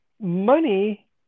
money